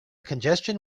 congestion